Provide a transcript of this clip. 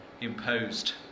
imposed